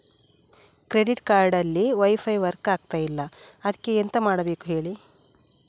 credit card ಅಲ್ಲಿ wifi work ಆಗ್ತಿಲ್ಲ ಅದ್ಕೆ ಎಂತ ಮಾಡಬೇಕು ಹೇಳಿ